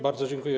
Bardzo dziękuję.